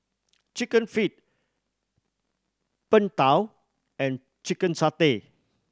Chicken Feet Png Tao and chicken satay